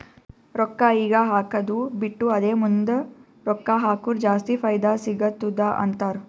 ರೊಕ್ಕಾ ಈಗ ಹಾಕ್ಕದು ಬಿಟ್ಟು ಅದೇ ಮುಂದ್ ರೊಕ್ಕಾ ಹಕುರ್ ಜಾಸ್ತಿ ಫೈದಾ ಸಿಗತ್ತುದ ಅಂತಾರ್